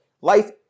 life